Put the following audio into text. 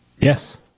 Yes